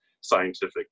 scientific